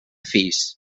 fills